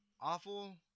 awful